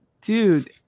dude